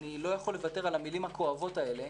אני לא יכול לוותר על המילים הכואבות האלה.